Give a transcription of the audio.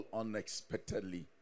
unexpectedly